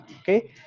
Okay